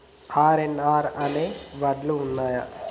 RNR అనే వడ్లు ఉన్నయా?